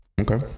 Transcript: Okay